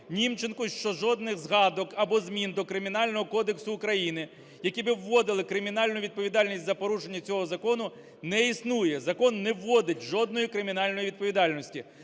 Німченку, що жодних згадок або змін до Кримінального кодексу України, які би вводили кримінальну відповідальність за порушення цього закону, не існує. Закон не вводить жодної кримінальної відповідальності.